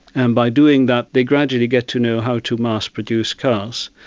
and by doing that they gradually get to know how to mass produce cars.